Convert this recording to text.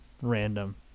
random